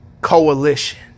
coalition